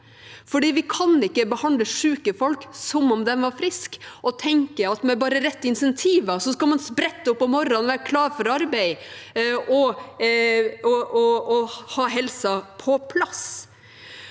For vi kan ikke behandle syke folk som om de var friske og tenke at bare med de rette insentiver skal man sprette opp om morgenen, være klar for arbeid og ha helsen på plass.